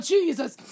Jesus